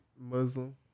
Muslim